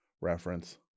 Reference